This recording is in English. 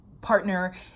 partner